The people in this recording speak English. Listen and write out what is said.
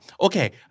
Okay